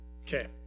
Okay